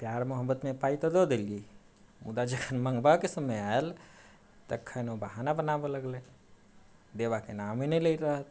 प्यार मोहब्बत मे पाइ तऽ दऽ दलियै मुदा जखन मँगबाक समय आयल तखन ओ बहाना बनाबऽ लगलै देबऽ के नामे नहि ले रहत